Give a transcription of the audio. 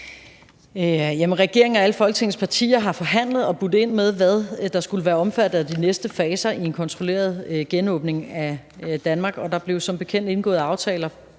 Regeringen og alle Folketingets partier har forhandlet og budt ind med, hvad der skulle være omfattet af de næste faser i en kontrolleret genåbning af Danmark, og der blev som bekendt indgået aftaler